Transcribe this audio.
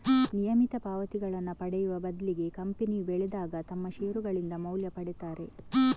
ನಿಯಮಿತ ಪಾವತಿಗಳನ್ನ ಪಡೆಯುವ ಬದ್ಲಿಗೆ ಕಂಪನಿಯು ಬೆಳೆದಾಗ ತಮ್ಮ ಷೇರುಗಳಿಂದ ಮೌಲ್ಯ ಪಡೀತಾರೆ